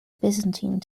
byzantine